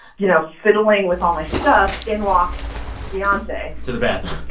you know, fiddling with all my stuff, in walks beyonce. to the bathroom.